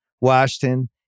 Washington